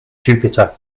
jupiter